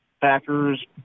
Packers